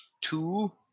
Two